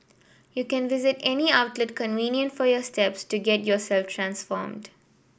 you can visit any outlet convenient for your steps to get yourself transformed